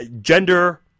gender